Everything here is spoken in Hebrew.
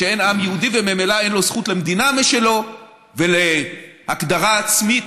שאין עם יהודי וממילא אין לו זכות למדינה משלו ולהגדרה עצמית.